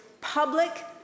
public